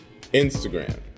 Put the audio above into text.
Instagram